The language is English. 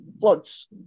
floods